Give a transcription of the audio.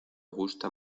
gusta